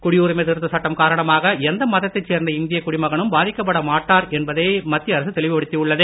குடியுரிமை திருத்த சட்டம் காரணமாக எந்த மதத்தைச் சேர்ந்த இந்திய குடிமகனும் பாதிக்கப்பட மாட்டார்கள் என்பதை மத்திய அரசு தெளிவுபடுத்தி உள்ளது